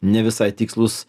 ne visai tikslūs